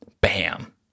bam